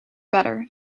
better